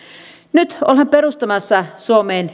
nyt ollaan perustamassa suomeen